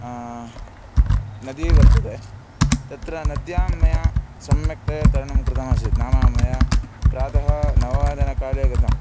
नदी वर्तते तत्र नद्यां मया सम्यक्तया तरणं कृतमासीत् नाम मया प्रातः नववादनकाले गतं